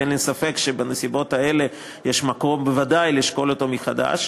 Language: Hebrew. ואין לי ספק שבנסיבות האלה יש מקום בוודאי לשקול אותו מחדש.